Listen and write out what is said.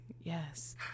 yes